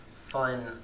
fun